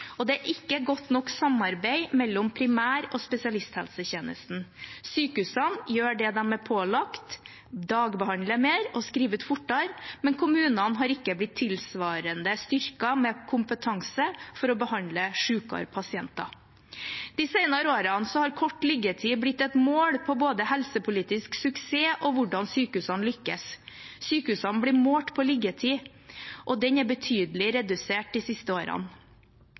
og det er ikke godt nok samarbeid mellom primær- og spesialisthelsetjenesten. Sykehusene gjør det de er pålagt, dagbehandler mer og skriver ut fortere, men kommunene har ikke blitt tilsvarende styrket med kompetanse for å behandle sykere pasienter. De senere årene har kort liggetid blitt et mål på både helsepolitisk suksess og hvordan sykehusene lykkes. Sykehusene blir målt på liggetid, og den er betydelig redusert de siste årene.